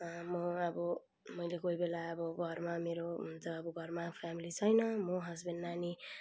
म अब मैले कोही बेला अब घरमा मेरो हुन त अब घरमा फेमिली छैन म हस्बेन्ड नानी